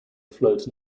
afloat